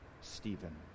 Stephen